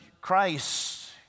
Christ